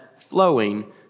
flowing